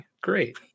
great